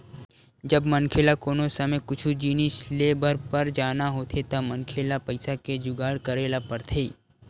जब मनखे ल कोनो समे कुछु जिनिस लेय बर पर जाना होथे त मनखे ल पइसा के जुगाड़ करे ल परथे